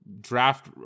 draft